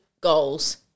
goals